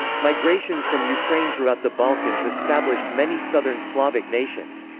migrations from ukraine throughout the balkans established many southern slavic nations.